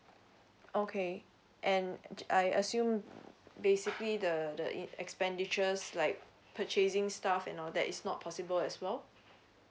okay and I assume basically the the expenditures like purchasing stuff and all that is not possible as well